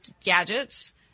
gadgets